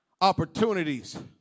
opportunities